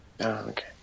Okay